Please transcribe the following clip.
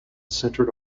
centred